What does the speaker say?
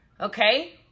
Okay